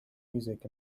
music